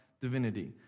divinity